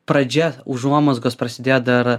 pradžia užuomazgos prasidėjo dar